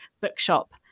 bookshop